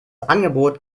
angebot